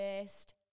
first